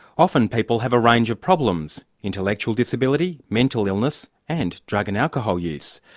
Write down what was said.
often people have a range of problems, intellectual disability, mental illness and drug and alcohol use.